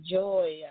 joy